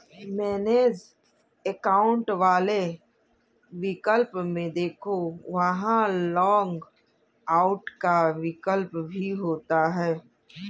manage account वाले विकल्प में देखो, वहां लॉग आउट का विकल्प भी होगा